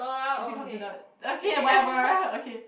is it considered okay whatever uh okay